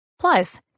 Plus